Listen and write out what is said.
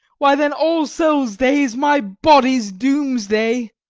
why, then all-souls' day is my body's doomsday.